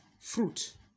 Fruit